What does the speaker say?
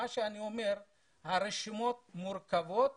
אני אומר שהרשימות מורכבות